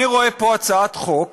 אני רואה פה הצעת חוק